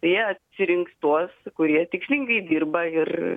jie atsirinks tuos kurie tikslingai dirba ir